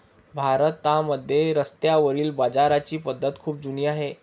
भारतामध्ये रस्त्यावरील बाजाराची पद्धत खूप जुनी आहे